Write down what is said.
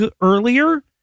earlier